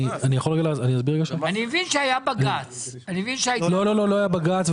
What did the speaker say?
אני מבין שהיה בג"ץ --- לא היה בג"ץ,